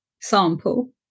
sample